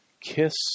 kiss